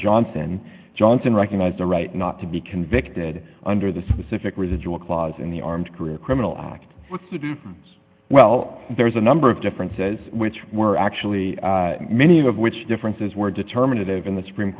johnson and johnson recognized a right not to be convicted under the specific residual clause in the armed career criminal act as well there's a number of differences which were actually many of which differences were determinant of in the supreme